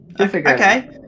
Okay